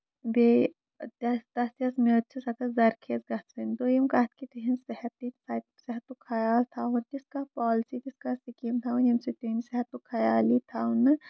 بیٚیہِ تَتھ یۄس میژ چھِ سۄ گٔژھ ذرخیز گژھنۍ دوٚیِم کَتھ کہِ تِہنٛز صحتِک صحتُک خیال تھاوُن کہِ تِژھ کانٛہہ پولسی تِژھ کانٛہہ سِکیٖم تھاؤنۍ ییٚمہِ سۭتۍ تِہنٛدِ صحتُک خیال یی تھاونہٕ